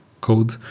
code